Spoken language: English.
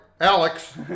Alex